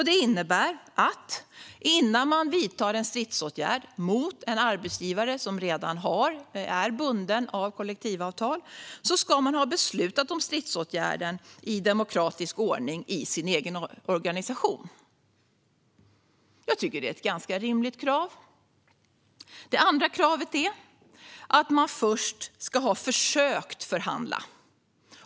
Det innebär att innan man vidtar en stridsåtgärd mot en arbetsgivare som redan är bunden av kollektivavtal ska man ha beslutat om stridsåtgärden i demokratisk ordning i sin egen organisation. Jag tycker att det är ett ganska rimligt krav. Det andra kravet är att man först ska ha försökt förhandla.